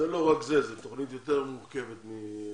שזה לא רק זה, זו תוכנית יותר מורכבת מזה,